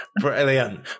Brilliant